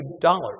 dollars